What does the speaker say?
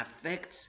affects